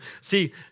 See